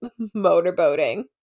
motorboating